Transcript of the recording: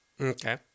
Okay